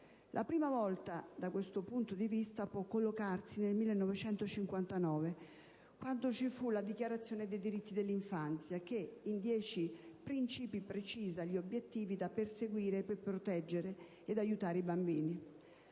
La prima svolta, da questo punto di vista, può collocarsi nel 1959, con la Dichiarazione dei diritti dell'infanzia che, in dieci principi, ha precisato gli obiettivi da perseguire per proteggere e aiutare i bambini.